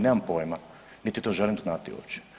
Nemam pojma niti to želim znati uopće.